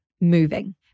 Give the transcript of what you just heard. moving